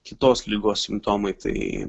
kitos ligos simptomai tai